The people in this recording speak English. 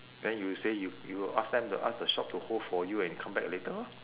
then you say you you will ask them to ask the shop to hold for you and come back later lor